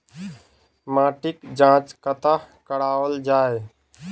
माटिक जाँच कतह कराओल जाए?